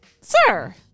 Sir